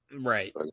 Right